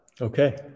Okay